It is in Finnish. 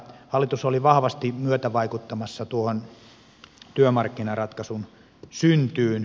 hallitus oli vahvasti myötävaikuttamassa työmarkkinaratkaisun syntyyn